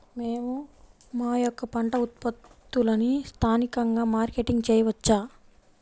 మేము మా యొక్క పంట ఉత్పత్తులని స్థానికంగా మార్కెటింగ్ చేయవచ్చా?